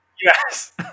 yes